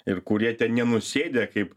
ir kurie ten nenusėdę kaip